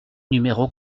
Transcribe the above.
numéro